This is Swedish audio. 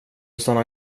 stanna